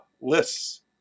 lists